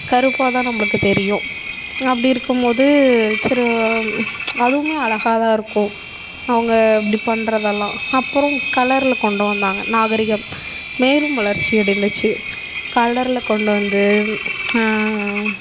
கருப்பாக தான் நம்மளுக்கு தெரியும் அப்படி இருக்கும் போது சரி வ அதுவுமே அழகா தான் இருக்கும் அவங்க இப்படி பண்ணுறதெல்லாம் அப்புறம் கலரில் கொண்டு வந்தாங்க நாகரீகம் மேலும் வளர்ச்சி அடைந்துச்சு கலரில் கொண்டு வந்து